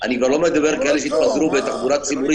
אני כבר לא מדבר על שנסעו בתחבורה ציבורית,